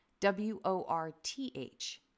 W-O-R-T-H